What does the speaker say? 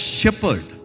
shepherd